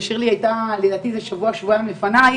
ושירלי היתה שבוע או שבועיים לפניי,